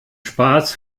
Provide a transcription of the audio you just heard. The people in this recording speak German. spaß